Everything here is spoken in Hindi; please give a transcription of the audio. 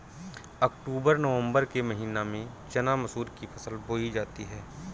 अक्टूबर नवम्बर के महीना में चना मसूर की फसल बोई जाती है?